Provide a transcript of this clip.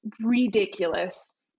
ridiculous